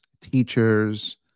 teachers